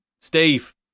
Steve